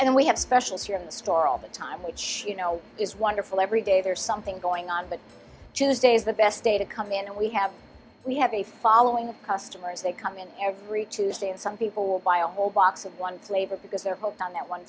and we have specials here in the store all the time which you know is wonderful every day there's something going on but tuesday is the best day to come and we have we have a following of customers they come in every tuesday and some people will buy a whole box of one flavor because they're hoping that on